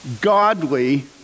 godly